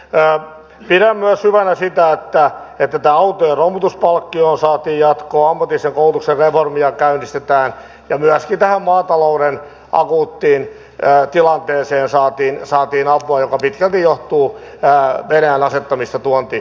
pidän hyvänä myös sitä että tähän autojen romutuspalkkioon saatiin jatkoa ammatillisen koulutuksen reformia käynnistetään ja myöskin saatiin apua tähän maatalouden akuuttiin tilanteeseen joka pitkälti johtuu venäjän asettamista tuontiesteistä